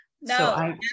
No